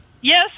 Yes